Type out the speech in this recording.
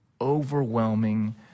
overwhelming